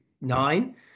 nine